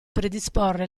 predisporre